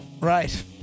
Right